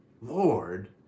Lord